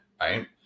right